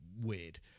weird